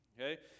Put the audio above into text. okay